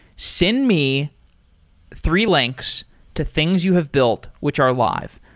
send me three links to things you have built which are live.